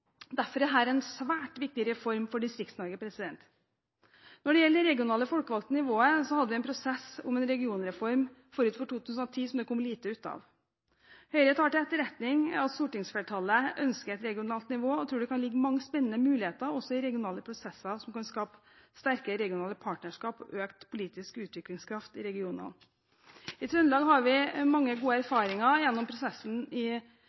Derfor er dette en svært viktig reform for Distrikts-Norge. Når det gjelder det regionale folkevalgte nivået, hadde man en prosess om en regionreform forut for 2010 som det kom lite ut av. Høyre tar til etterretning at stortingsflertallet ønsker et regionalt nivå og tror det kan ligge mange spennende muligheter også i regionale prosesser som kan skape sterke regionale partnerskap og økt politisk utviklingskraft i regionene. I Trøndelag har vi mange gode erfaringer gjennom prosessen